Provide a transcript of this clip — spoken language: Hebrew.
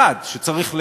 1. שצריך,